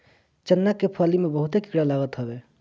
चना के फली में बहुते कीड़ा लागत हवे